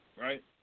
Right